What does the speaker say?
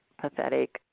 pathetic